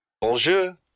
Bonjour